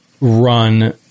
run